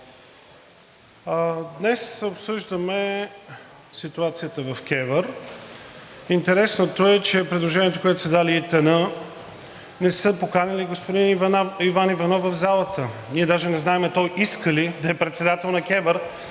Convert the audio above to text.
Днес обсъждаме ситуацията в КЕВР, интересното е, че предложението, което са дали ИТН, не са поканили господин Иван Иванов в залата, ние даже не знаем той иска ли да е председател на КЕВР,